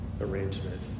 arrangement